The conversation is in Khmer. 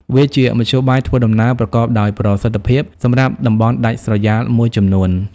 វាជាមធ្យោបាយធ្វើដំណើរប្រកបដោយប្រសិទ្ធភាពសម្រាប់តំបន់ដាច់ស្រយាលមួយចំនួន។